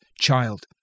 child